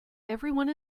everyone